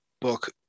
book